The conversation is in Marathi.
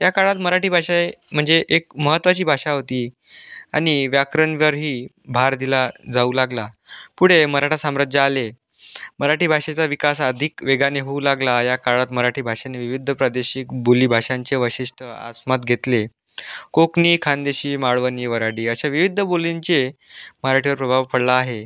या काळात मराठी भाषा म्हणजे एक महत्त्वाची भाषा होती आणि व्याकरणवरही भार दिला जाऊ लागला पुढे मराठा साम्राज्य आले मराठी भाषेचा विकास आधिक वेगाने होऊ लागला या काळात मराठी भाषेने विविध प्रादेशिक बोली भाषांचे वैशिष्ट्य आसमात घेतले कोकणी खानदेशी मालवणी वऱ्हाडी अशा विविध बोलींचे मराठीवर प्रभाव पडला आहे